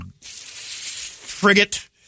frigate